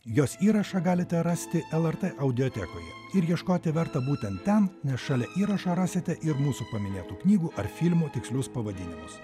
jos įrašą galite rasti lrt audiotekoje ir ieškoti verta būtent ten nes šalia įrašo rasite ir mūsų paminėtų knygų ar filmų tikslius pavadinimus